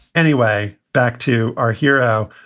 anyway, back to our hero.